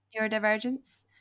neurodivergence